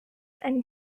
and